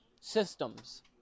Systems